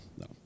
No